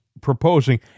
proposing